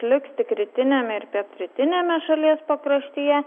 liks tik rytiniame ir pietrytiniame šalies pakraštyje